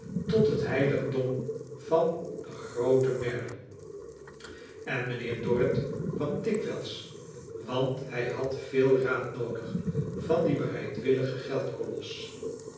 tot het heiligdom van den grooten merdle en mijnheer dorrit kwam dikwijls want hij had veel raad noodig van dien bereidwilligen geld kolos